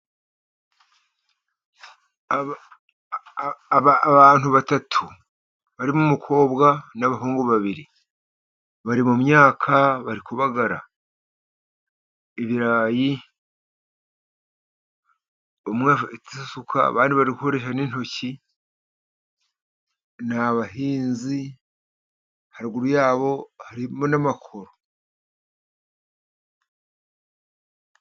Abantu batatu barimo umukobwa n'abahungu babiri, bari mumyaka bari kubagara ibirayi umwe afite isuka abandi bari gukoresha n'intoki, ni abahinzi haruguru yabo harimo n'amakoro.